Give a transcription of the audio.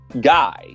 guy